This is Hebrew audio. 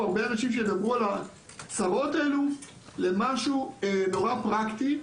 הרבה אנשים שידברו על הצרות האלה למשהו נורא פרקטי.